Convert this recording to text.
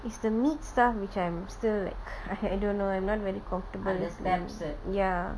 it's the meat stuff which I'm still like I I don't know I'm not very comfortable with the steps ya